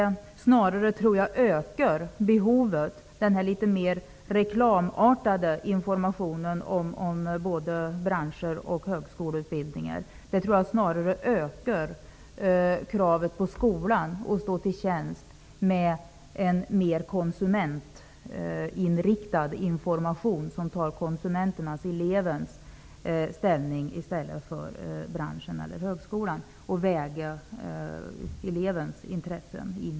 Jag tror att den litet mera reklamartade informationen om både bransch och högskoleutbildningar snarare ökar kravet på skolan att stå till tjänst med en mer konsumentinriktad information där man tar konsumentens, elevens, ställning i stället för branschens eller högskolans och väger in elevens intresse.